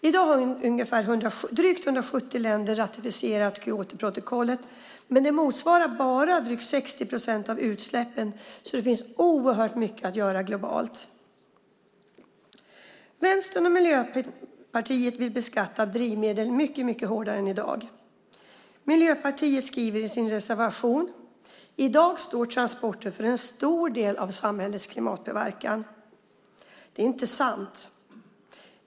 I dag har drygt 170 länder ratificerat Kyotoprotokollet, men det motsvarar bara drygt 60 procent av utsläppen, så det finns oerhört mycket att göra globalt. Vänstern och Miljöpartiet vill beskatta drivmedel mycket hårdare än i dag. Miljöpartiet skriver i sin reservation: "I dag står transporter för en stor del av samhällets klimatpåverkan." Det är inte sant.